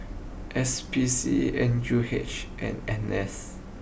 S P C N U H and N S